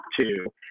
two